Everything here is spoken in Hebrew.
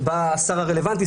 בא השר רלוונטי,